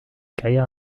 carrière